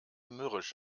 mürrisch